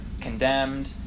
condemned